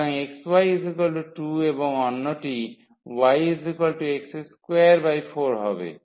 সুতরাং xy2 এবং অন্যটি yx24 হবে